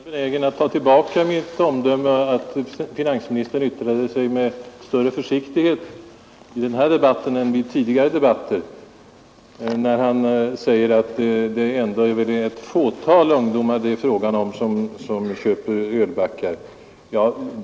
Fru talman! Jag är nästan benägen att ta tillbaka mitt omdöme, att finansministern yttrade sig med större försiktighet i den här öldebatten än i ett par tidigare debatter av detta slag, sedan han nu sagt att väl ändå bara ett fåtal ungdomar köper ölbackar.